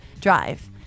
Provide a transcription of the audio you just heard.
Drive